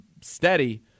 steady